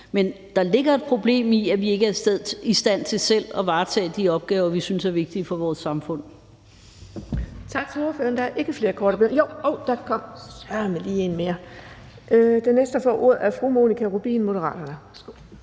Men der ligger et problem i, at vi ikke er i stand til selv at varetage de opgaver, vi synes er vigtige for vores samfund.